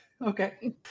Okay